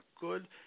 good